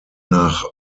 nach